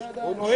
זה שתי ידיים.